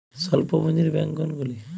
স্বল্প পুজিঁর ব্যাঙ্ক কোনগুলি?